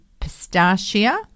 pistachia